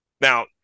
Now